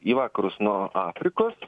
į vakarus nuo afrikos